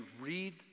read